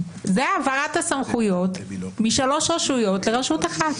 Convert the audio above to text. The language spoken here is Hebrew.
זאת העברת הסמכויות משלוש רשויות לרשות אחת.